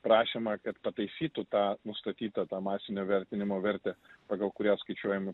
prašymą kad pataisytų tą nustatytą tą masinio vertinimo vertę pagal kurią skaičiuojami